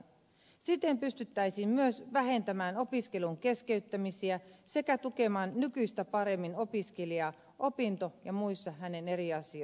siten pystyttäisiin myös vähentämään opiskelun keskeyttämisiä sekä tukemaan nykyistä paremmin opiskelijaa hänen opinto ja muissa eri asioissaan